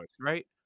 right